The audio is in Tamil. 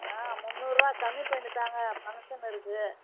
ஆ முன்னூறுபா கம்மி பண்ணி தாங்க ஃபங்சன் இருக்குது